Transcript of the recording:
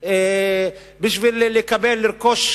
כדי לרכוש,